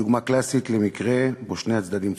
דוגמה קלאסית למקרה שבו שני הצדדים צודקים.